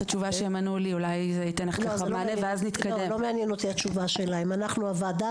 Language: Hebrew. ולא מעניין אותי התשובה שלהם - אנחנו הוועדה,